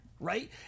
right